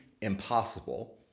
impossible